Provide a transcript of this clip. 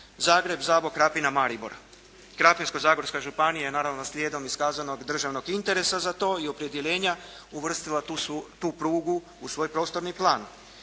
Zagreb-Zabok-Krapina-Maribor. Krapinsko-zagorska županija je naravno slijedom iskazanog državnog interesa za to i opredjeljenja uvrstila tu prugu u svoj prostorni plan.